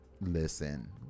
Listen